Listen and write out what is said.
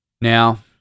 now